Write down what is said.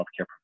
healthcare